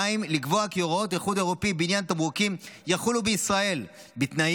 2. לקבוע כי הוראות האיחוד האירופי בעניין תמרוקים יחולו בישראל בתנאים,